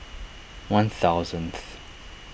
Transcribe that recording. one thousandth